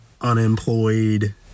unemployed